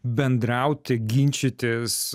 bendrauti ginčytis